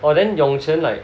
orh then Yong Chen like